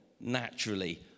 naturally